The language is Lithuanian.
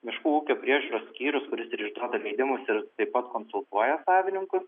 miškų ūkio priežiūros skyrius kuris ir išduoda leidimus ir taip pat konsultuoja savininkus